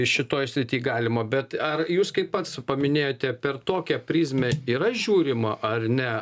šitoj srity galima bet ar jūs kaip pats paminėjote per tokią prizmę yra žiūrima ar ne